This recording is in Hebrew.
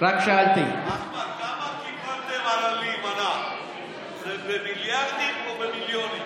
ההסתייגות (7) של חבר הכנסת שלמה קרעי לפני סעיף 1 לא נתקבלה.